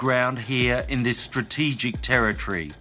ground here in this strategic territory